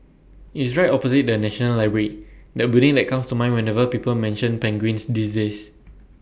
IT is right opposite the National Library that building that comes to mind whenever people mention penguins these days